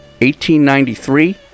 1893